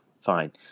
fine